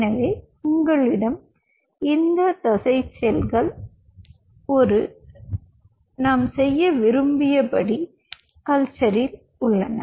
எனவே உங்களிடம் இந்த தசை செல்கள் ஒரு நாம் செய்ய விரும்பியபடி கல்ச்சரில் உள்ளன